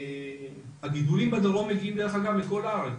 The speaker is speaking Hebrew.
קרובים לביר-הדג', לרמת חובב.